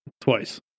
twice